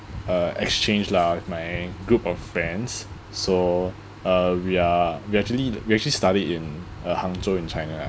uh exchange lah with my group of friends so uh we are we actually we actually study in uh hangzhou in china